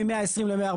מ-120 ל-140 מ"ר,